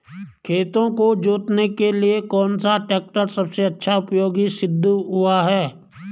खेतों को जोतने के लिए कौन सा टैक्टर सबसे अच्छा उपयोगी सिद्ध हुआ है?